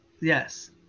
Yes